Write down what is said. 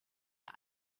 der